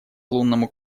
лунному